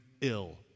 ill